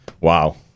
wow